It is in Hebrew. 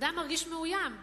בן-אדם מרגיש מאוים,